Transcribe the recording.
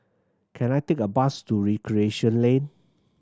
can I take a bus to Recreation Lane